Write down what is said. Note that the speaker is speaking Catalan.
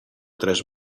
tres